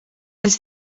els